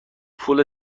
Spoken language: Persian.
پول